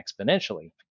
exponentially